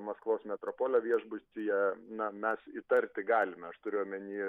maskvos metropolio viešbutyje na mes įtarti galime aš turiu omeny